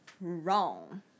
Wrong